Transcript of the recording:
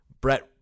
Brett